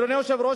אדוני היושב-ראש,